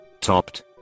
Topped